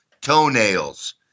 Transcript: toenails